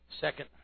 Second